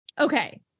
Okay